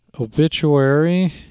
Obituary